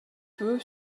peu